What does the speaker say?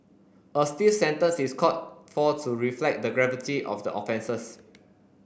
a stiff sentence is called for to reflect the gravity of the offences